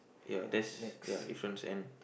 ya that's ya difference and